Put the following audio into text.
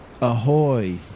Ahoy